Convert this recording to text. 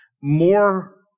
more